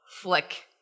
flick